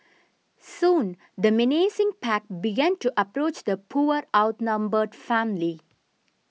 soon the menacing pack began to approach the poor outnumbered family